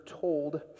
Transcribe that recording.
told